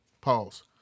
Pause